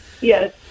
Yes